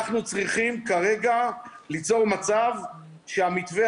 אנחנו צריכים כרגע ליצור מצב שהמתווה